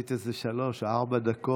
עשית איזה שלוש או ארבע דקות.